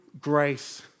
grace